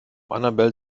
annabel